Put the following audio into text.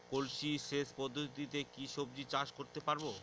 কলসি সেচ পদ্ধতিতে কি সবজি চাষ করতে পারব?